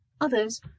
others